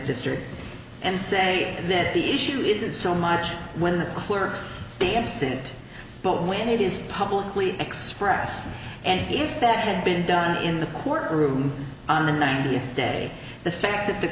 district and say that the issue isn't so much when the clerks be absent but when it is publicly expressed and if that had been done in the court room on the nineteenth day the fact that the